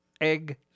egg